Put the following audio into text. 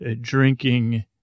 drinking